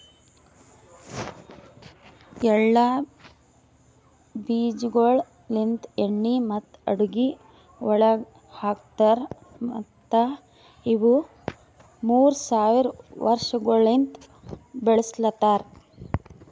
ಎಳ್ಳ ಬೀಜಗೊಳ್ ಲಿಂತ್ ಎಣ್ಣಿ ಮತ್ತ ಅಡುಗಿ ಒಳಗ್ ಹಾಕತಾರ್ ಮತ್ತ ಇವು ಮೂರ್ ಸಾವಿರ ವರ್ಷಗೊಳಲಿಂತ್ ಬೆಳುಸಲತಾರ್